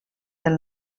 del